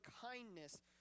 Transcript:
kindness